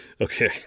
Okay